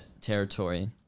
territory